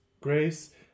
grace